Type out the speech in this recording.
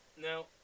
Now